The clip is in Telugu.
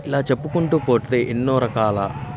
ఇలా చెప్పుకుంటూ పోతే ఎన్నో రకాల